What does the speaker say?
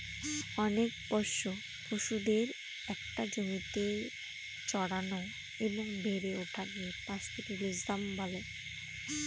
অনেক পোষ্য পশুদের একটা জমিতে চড়ানো এবং বেড়ে ওঠাকে পাস্তোরেলিজম বলে